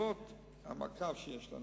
בישיבות המעקב שיש לנו,